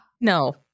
No